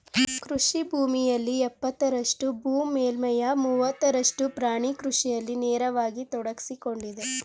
ಕೃಷಿ ಭೂಮಿಯಲ್ಲಿ ಎಪ್ಪತ್ತರಷ್ಟು ಭೂ ಮೇಲ್ಮೈಯ ಮೂವತ್ತರಷ್ಟು ಪ್ರಾಣಿ ಕೃಷಿಯಲ್ಲಿ ನೇರವಾಗಿ ತೊಡಗ್ಸಿಕೊಂಡಿದೆ